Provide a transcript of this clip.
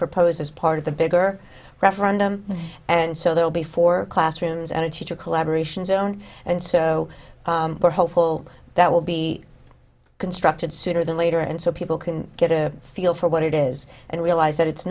proposed as part of the bigger referendum and so there will be four classrooms and a cheater collaboration zone and so we're hopeful that will be constructed sooner than later and so people can get a feel for what it is and realize that it's